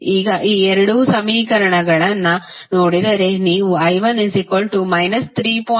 ಈಗ ಈ ಎರಡು ಸಮೀಕರಣಗಳನ್ನು ನೋಡಿದರೆ ನೀವು i1 3